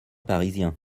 parisien